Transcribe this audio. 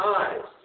eyes